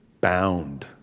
bound